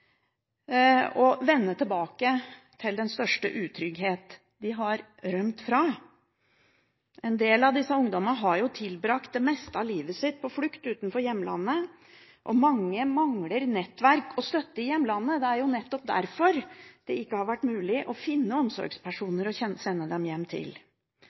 vende tilbake til den største utrygghet, som de har rømt fra. En del av disse ungdommene har tilbrakt det meste av livet sitt på flukt utenfor hjemlandet, og mange mangler nettverk og støtte i hjemlandet. Det er nettopp derfor det ikke har vært mulig å finne omsorgspersoner å sende dem hjem til.